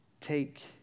take